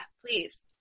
please